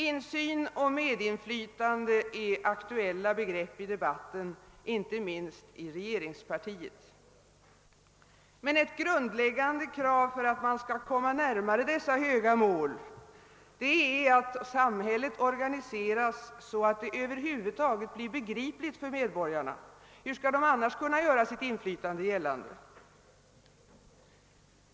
Insyn och medinflytande är aktuella begrepp i debatten, inte minst i regeringspartiet. Men ett grundläggande krav för att man skall kunna komma närmare dessa höga mål är att samhället organiseras så att det över huvud taget blir begripligt för medborgarna. Hur skall dessa annars kunna göra sitt inflytande gällande?